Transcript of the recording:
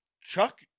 Chuck